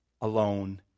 alone